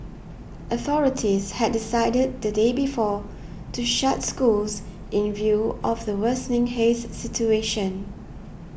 authorities had decided the day before to shut schools in view of the worsening haze situation